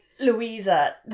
louisa